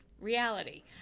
reality